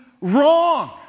wrong